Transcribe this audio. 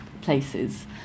places